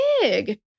big